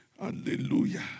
Hallelujah